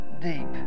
deep